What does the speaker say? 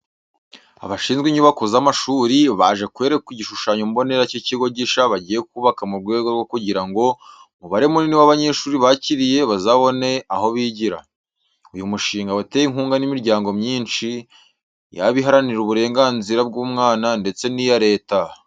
Abashinzwe inyubako z'amashuri baje kwerekwa igishushanyo mbonera cy'ikigo gishya bagiye kubaka mu rwego rwo kugira ngo umubare munini w'abanyeshuri bakiriye bazabone aho bigira. Uyu mushinga watewe inkunga n'imiryago myinshi yaba iharanira uburenganzira bw'umwana ndetse n'iya leta.